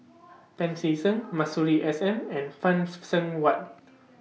Pancy Seng Masuri S N and Seng Whatt